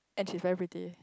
and she's very pretty